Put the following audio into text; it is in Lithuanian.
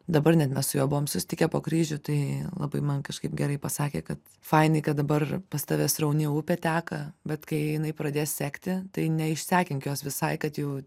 dabar net mes su juo buvom susitikę po kryžių tai labai man kažkaip gerai pasakė kad fainai kad dabar pas tave srauni upė teka bet kai jinai pradės sekti tai ne išsekink jos visai kad jau